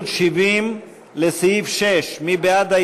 מי נגד?